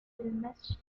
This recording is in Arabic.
المشي